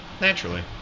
Naturally